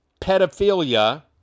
pedophilia